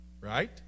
Right